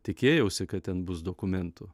tikėjausi kad ten bus dokumentų